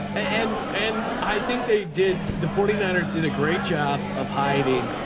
and and i think they did. the forty nine ers did a great job of hiding